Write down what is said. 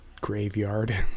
graveyard